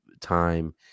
time